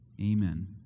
Amen